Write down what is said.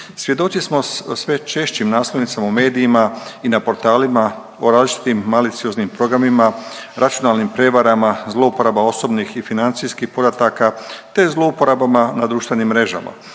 Svjedoci smo sve češćim naslovnicama u medijima i na portalima o različitim malicioznim programima, računalnim prijevarama, zlouporabama osobnih i financijskih podataka te zlouporabama na društvenim mrežama.